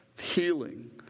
healing